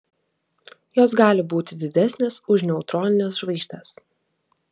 jos gali būti didesnės už neutronines žvaigždes